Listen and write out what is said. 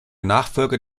nachfolger